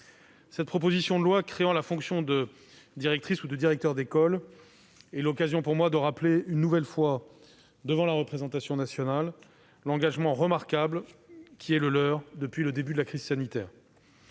Cette proposition de loi créant la fonction de directrice ou de directeur d'école est l'occasion pour moi de rappeler une nouvelle fois, devant la représentation nationale, l'engagement remarquable de ces directeurs depuis le début de la crise sanitaire.